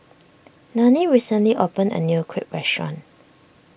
Nanie recently opened a new Crepe restaurant